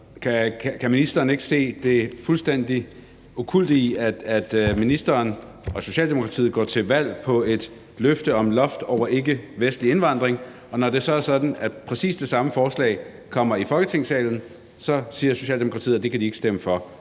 Kan ministeren ikke se det fuldstændig okkulte i, at ministeren og Socialdemokratiet går til valg på et løfte om et loft over ikkevestlig indvandring, og at Socialdemokratiet, når det så er sådan, at præcis det samme forslag kommer i Folketingssalen, så siger, at det kan de ikke stemme for?